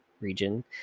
region